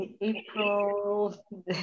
April